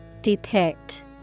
Depict